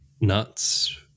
nuts